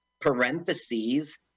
parentheses